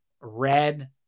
red